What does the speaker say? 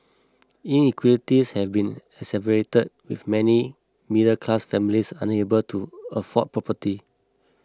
inequalities have been exacerbated with many middle class families unable to afford property